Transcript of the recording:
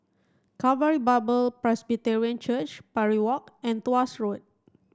Calvary Bible Presbyterian Church Parry Walk and Tuas Road